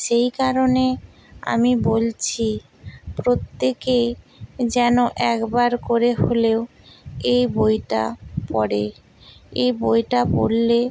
সেই কারণে আমি বলছি প্রতেক্যেই যেন একবার করে হলেও এই বইটা পড়ে এ বইটা পড়লে